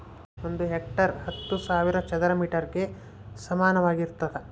ಒಂದು ಹೆಕ್ಟೇರ್ ಹತ್ತು ಸಾವಿರ ಚದರ ಮೇಟರ್ ಗೆ ಸಮಾನವಾಗಿರ್ತದ